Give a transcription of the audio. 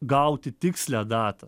gauti tikslią datą